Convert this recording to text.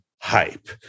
hype